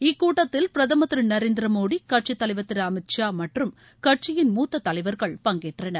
இக்கூட்டத்தில் பிரதமர் திரு நரேந்திர மோடி கட்சித்தலைவர் திரு அமித் ஷா மற்றும் கட்சியின் மூத்த தலைவர்கள் பங்கேற்றனர்